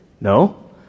No